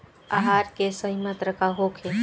आहार के सही मात्रा का होखे?